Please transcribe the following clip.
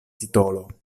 titolo